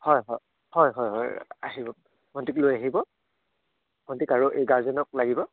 হয় হয় হয় হয় হয় আহিব ভণ্টিক লৈ আহিব ভণ্টিক আৰু এই গাৰ্জেনক লাগিব